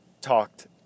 talked